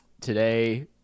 today